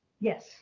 Yes